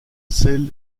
sel